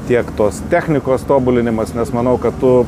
tiek tos technikos tobulinimas nes manau kad tu